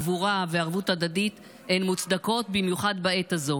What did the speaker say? גבורה וערבות הדדית מוצדקת במיוחד בעת הזאת,